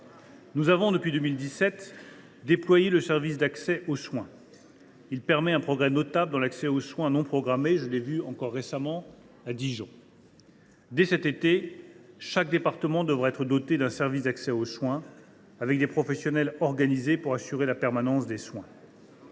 nous avons mis en place le service d’accès aux soins (SAS). Celui ci permet un progrès notable dans l’accès aux soins non programmés – je l’ai vu encore récemment à Dijon. « Dès cet été, chaque département devra être doté d’un service d’accès aux soins, avec des professionnels organisés pour assurer la permanence des soins.